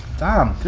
dom,